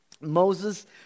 Moses